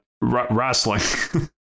Wrestling